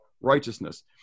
righteousness